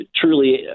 truly